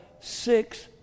six